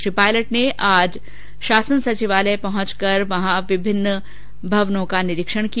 श्री पायलट ने आज शासन सचिवालय में पहुंचे और वहां पर विभिन्नभवनों का निरीक्षण किया